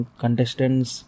contestants